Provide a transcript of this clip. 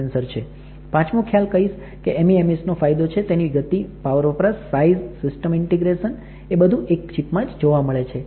પાંચમો ખ્યાલ કહીશ કે MEMS નો ફાયદો છે તેની ગતિ પાવર વપરાશ સાઈઝ સીસ્ટમ ઈન્ટીગ્રેશન એ બધું એક ચીપમાં જ જોવા મળે છે